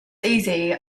easy